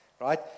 right